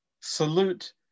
Salute